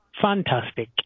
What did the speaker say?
fantastic